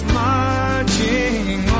marching